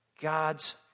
God's